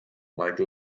like